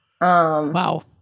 wow